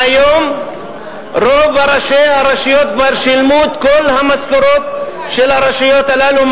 והיום רוב ראשי הרשויות כבר שילמו את כל המשכורות של הרשויות הללו,